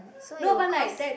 so it will cause